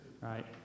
Right